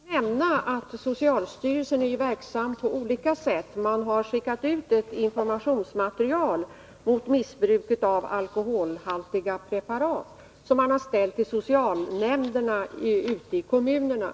Herr talman! Låt mig också nämna att socialstyrelsen är verksam på olika sätt. Bl. a. har ett informationsmaterial om missbruket av alkoholhaltiga preparat skickats ut till socialnämnderna ute i kommunerna.